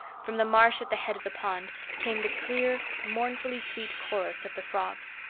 from the marsh at the head of the pond came the clear, mournfully-sweet chorus of the frogs.